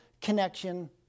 connection